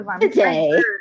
Today